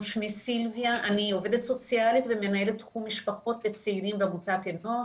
אני עובדת סוציאלית ומנהלת תחום משפחות וצעירים בעמותת אנוש,